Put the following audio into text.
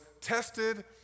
tested